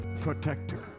protector